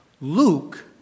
Luke